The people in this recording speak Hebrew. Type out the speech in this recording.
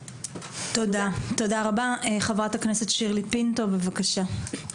תודה, תודה רבה, חברת הכנסת שירלי פינטו, בבקשה.